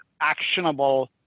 actionable